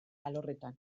alorretan